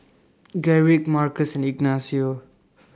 Garrick Markus Ignacio